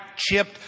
chipped